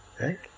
Right